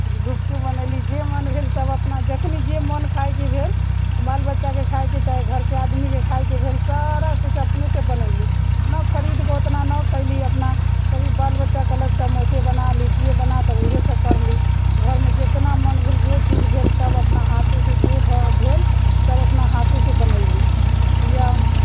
गुपचुप बनैली जे मन भेल सभ अपना जखनि जे मोन खायके भेल बाल बच्चाके खायके चाहे घरके आदमीके खायके भेल सारा किछु अपनेसँ बनैली न खरीदके उतना न खयली अपना कभी बाल बच्चा कहलक समोसे बना लिट्टिए बना तऽ उएहसभ करली घरमे जितना मोन भेल जे चीज भेल सभ अपना हाथेसँ जे भेल सभ अपना हाथेसँ बनैली या